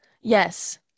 Yes